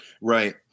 Right